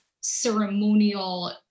ceremonial